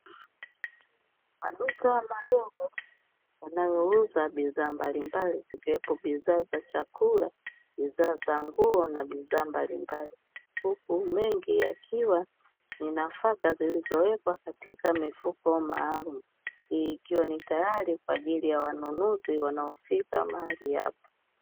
Maduka madogo yanayouza bidhaa mbalimbali zikiwepo bidhaa za chakula, bidhaa za nguo na bidhaa mbalimbali, huku mengi yakiwa ni nafaka zilizowekwa katika mifuko maalumu, hii ikiwa ni tayari kwaaji wanunuzi wanaofika mahali hapo.